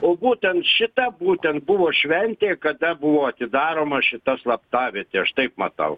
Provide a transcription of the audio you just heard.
o būtent šitą būtent buvo šventė kada buvo atidaroma šita slaptavietė aš taip matau